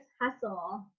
hustle